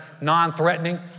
non-threatening